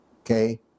Okay